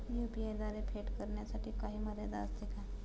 UPI द्वारे फेड करण्यासाठी काही मर्यादा असते का?